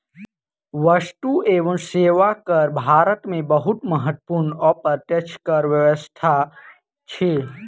वस्तु एवं सेवा कर भारत में बहुत महत्वपूर्ण अप्रत्यक्ष कर व्यवस्था अछि